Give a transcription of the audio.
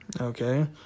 Okay